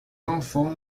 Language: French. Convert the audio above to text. enfants